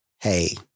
Hey